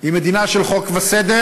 היא מדינה של חוק וסדר,